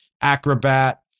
Acrobat